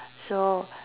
so